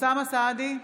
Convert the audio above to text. אוסאמה סעדי,